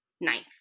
ninth